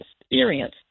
experience